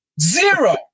zero